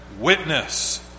witness